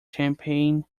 champagne